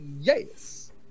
yes